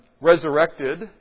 resurrected